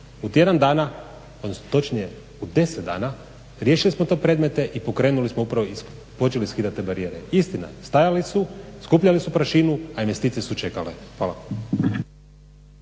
U tjedan dana odnosno točnije u 10 dana riješili smo te predmete i pokrenuli smo …, počeli skidat te barijere. Istina je, stajali su, skupljali su prašinu, a investicije su čekale. Hvala.